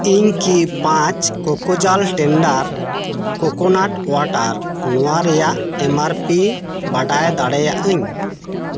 ᱤᱧ ᱠᱤ ᱯᱟᱸᱪ ᱠᱳᱠᱳᱡᱟᱞ ᱴᱮᱱᱰᱟᱨ ᱠᱳᱠᱳᱱᱟᱴ ᱳᱭᱟᱴᱟᱨ ᱱᱚᱶᱟ ᱨᱮᱭᱟᱜ ᱮᱢ ᱟᱨ ᱯᱤ ᱵᱟᱰᱟᱭ ᱫᱟᱲᱮᱭᱟᱹᱜ ᱟᱹᱧ